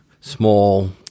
small